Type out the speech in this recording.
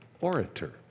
orator